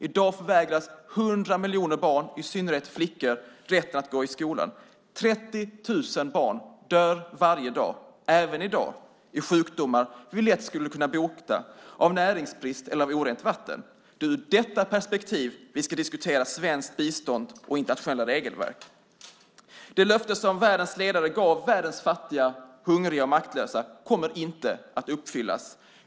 I dag förvägras 100 miljoner barn, i synnerhet flickor, rätten att gå i skolan. 30 000 barn dör varje dag, även i dag, i sjukdomar vi lätt skulle kunna bota, av näringsbrist eller av orent vatten. Det är ur detta perspektiv vi ska diskutera svenskt bistånd och internationella regelverk. Det löfte som världens ledare gav världens fattiga, hungriga och maktlösa kommer inte att uppfyllas.